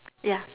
ya